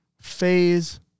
Phase